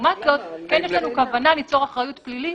לעומת זאת, כן יש לנו כוונה ליצור אחריות פלילית